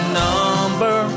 number